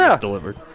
delivered